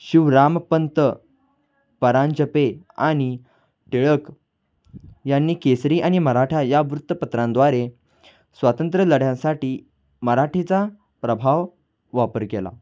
शिवरामपंत परांजपे आणि टिळक यांनी केसरी आणि मराठा या वृत्तपत्रांद्वारे स्वातंत्र्यलढ्यांसाठी मराठीचा प्रभाव वापर केला